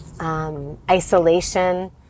Isolation